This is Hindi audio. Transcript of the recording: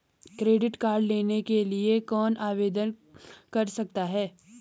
क्रेडिट कार्ड लेने के लिए कौन आवेदन कर सकता है?